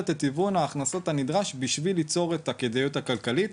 את היוון ההכנסות הנדרש בשביל ליצור את הכדאיות הכלכלית.